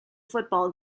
football